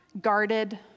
guarded